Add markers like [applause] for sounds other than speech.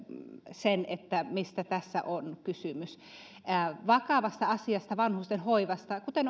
sen mistä tässä on kysymys vakavasta asiasta vanhusten hoivasta kuten [unintelligible]